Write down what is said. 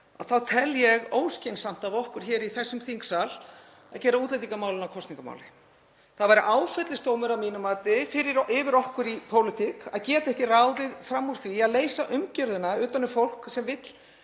að ég tel óskynsamlegt af okkur hér í þessum þingsal að gera útlendingamálin að kosningamáli. Það væri áfellisdómur að mínu mati yfir okkur í pólitík að geta ekki ráðið fram úr því að leysa umgjörðina utan um fólk sem vill